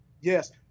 Yes